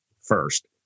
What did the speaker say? first